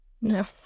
No